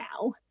now